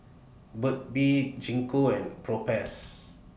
Burt's Bee Gingko and Propass